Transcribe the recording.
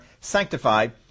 sanctified